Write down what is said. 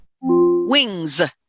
Wings